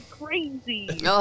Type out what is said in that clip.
crazy